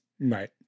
right